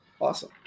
Awesome